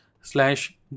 slash